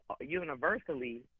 universally